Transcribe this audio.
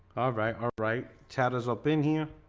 alright, alright chatez up in here.